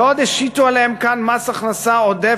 ועוד השיתו עליהם כאן מס הכנסה עודף,